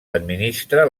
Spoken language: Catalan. administra